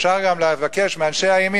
אפשר גם לבקש מאנשי הימין,